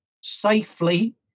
safely